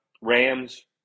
Rams